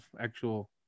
actual